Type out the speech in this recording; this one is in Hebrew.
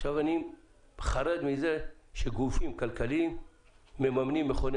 עכשיו אני חרד מזה שגופים כלכליים מממנים מכוני